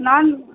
না